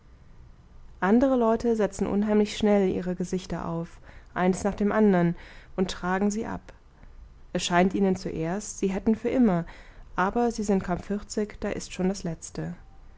andere leute setzen unheimlich schnell ihre gesichter auf eins nach dem andern und tragen sie ab es scheint ihnen zuerst sie hätten für immer aber sie sind kaum vierzig da ist schon das letzte